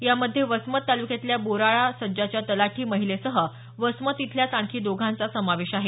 यामध्ये वसमत तालुक्यातल्या बोराळा सज्जाच्या तलाठी महिलेसह वसमत इथल्याच आणखी दोघांचा समावेश आहे